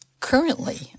Currently